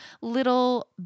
little